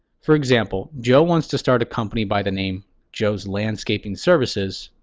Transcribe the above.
for example, joe wants to start a company by the name joe's landscaping services.